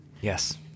Yes